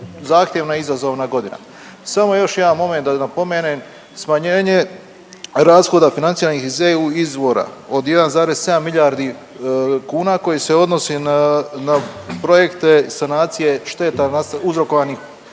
zahtjevna i izazovna godina. Samo još jedan moment da napomenem, smanjenje rashoda financiranih iz EU izvora od 1,7 milijardi kuna koji se odnosi na projekte sanacije šteta uzrokovanih